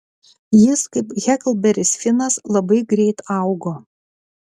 jis kaip heklberis finas labai greit augo